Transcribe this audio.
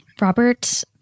Robert